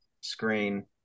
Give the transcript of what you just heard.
screen